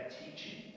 teaching